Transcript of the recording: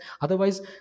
otherwise